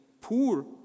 poor